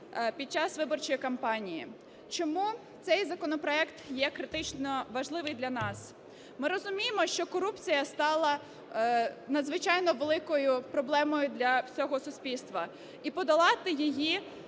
під час виборчої кампанії. Чому цей законопроект є критично важливий для нас? Ми розуміємо, що корупція стала надзвичайно великою проблемою для всього суспільства і подолати її